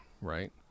right